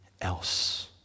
else